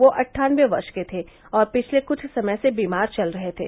वह अट्ठानबे वर्ष के थे और पिछले कुछ समय से बीमार चल रहे थे